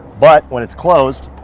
but when it's closed,